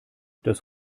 das